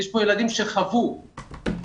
יש פה ילדים שחוו טראומות,